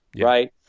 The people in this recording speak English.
right